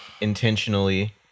intentionally